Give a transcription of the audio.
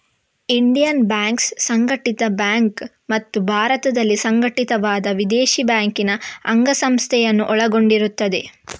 Indian banks ಸಂಘಟಿತ bank ಮತ್ತು ಭಾರತದಲ್ಲಿ ಸಂಘಟಿತವಾದ ವಿದೇಶಿ ಬ್ಯಾಂಕಿನ ಅಂಗಸಂಸ್ಥೆಯನ್ನು ಒಳಗೊಂಡಿರುತ್ತದೆ